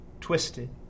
twisted